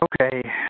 Okay